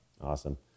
Awesome